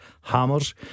Hammers